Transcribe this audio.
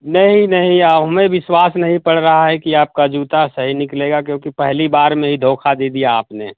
नहीं नहीं अब हमे बिश्वास नही पड़ रहा है कि आपका जूता सही निकलेगा क्योंकि पहली बार में ही धोखा दे दिया आपने